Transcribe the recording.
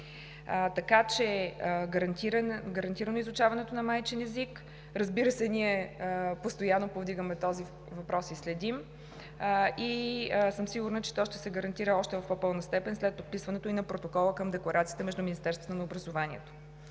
училище. Гарантирано е изучаването на майчин език. Разбира се, ние постоянно повдигаме този въпрос и го следим. Сигурна съм, че то ще се гарантира в още по-пълна степен след подписването на протокола към Декларацията между министерствата на образованието